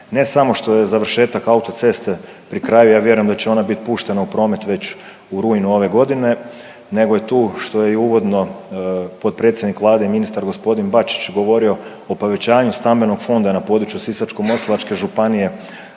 ne samo što je završetak autoceste pri kraju. Ja vjerujem da će ona bit puštena u promet već u rujnu ove godine, nego je tu što je i uvodno potpredsjednik Vlade i ministar gospodin Bačić govorio o povećanju stambenog fonda na području Sisačko-moslavačke županije